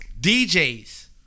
DJs